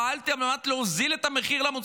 פעלתם על מנת להוזיל את המחיר שלו,